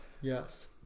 yes